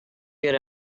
good